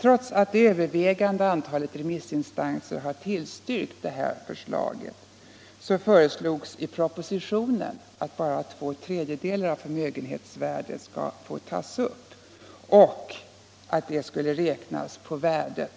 Trots att det övervägande antalet remissinstanser har tillstyrkt detta förslag föreslås i propositionen att endast två tredjedelar av förmögenhetsvärdet skall få tas upp och att det skall räknas på värdet